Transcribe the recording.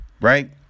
right